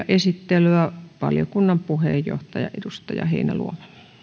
esittely valiokunnan puheenjohtaja edustaja heinäluoma